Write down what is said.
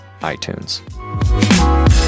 iTunes